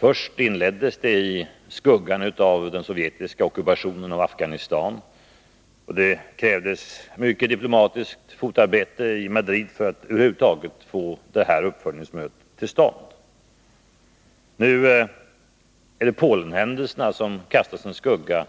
Först inleddes konferensen i skuggan av den sovjetiska ockupationen av Afghanistan. Det krävdes mycket diplomatiskt fotarbete i Madrid för att man över huvud taget skulle kunna få det här uppföljningsmötet till stånd. Nu kastar Polenhändelserna sin skugga